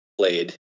played